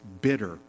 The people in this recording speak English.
bitter